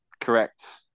Correct